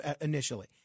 initially